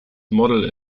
model